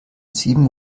sieben